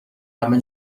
همه